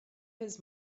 his